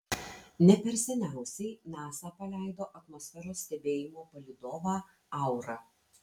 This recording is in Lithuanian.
ne per seniausiai nasa paleido atmosferos stebėjimo palydovą aura